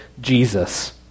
Jesus